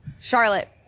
Charlotte